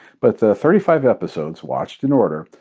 but the thirty-five episodes, watched in order,